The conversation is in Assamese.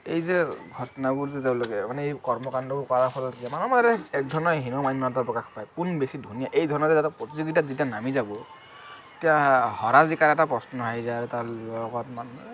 এই যে ঘটনাবোৰ যে তেওঁলোকে মানে এই কৰ্ম কাণ্ডবোৰ কৰাৰ ফলত মানুহৰ মানে এক ধৰণৰ হীনমন্যতা প্ৰকাশ পায় কোন বেছি ধনী এই ধৰণৰ এটা প্ৰতিযোগিতাত যেতিয়া নামি যাব তেতিয়া হৰা জিকাৰ এটা প্ৰশ্ন আহি যায় আৰু তাৰ লগত মানে